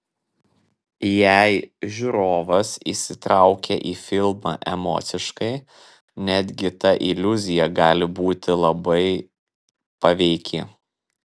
jei žiūrovas įsitraukia į filmą emociškai netgi ta iliuzija gali būti labai paveiki